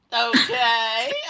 Okay